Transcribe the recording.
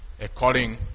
According